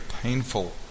painful